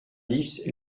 dix